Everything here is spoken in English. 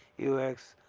aox,